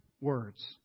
words